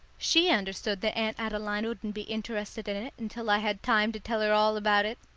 she understood that aunt adeline wouldn't be interested in it until i had time to tell her all about it.